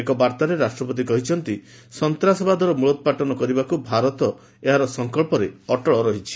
ଏକ ବାର୍ତ୍ତାରେ ରାଷ୍ଟ୍ରପତି କହିଛନ୍ତି ସନ୍ତାସବାଦର ମୂଳୋପ୍ରାଟନ କରିବାକୁ ଭାରତ ଏହାର ସଂକଳ୍ପରେ ଅଟଳ ରହିଛି